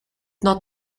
not